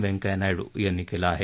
व्यंकैय्या नायडू यांनी केलं आहे